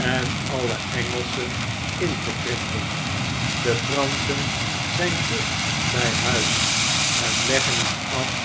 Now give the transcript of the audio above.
en alle engelschen in te krimpen de franschen zjjn dicht bij huis en leggen iets af